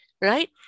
right